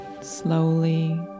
Slowly